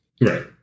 Right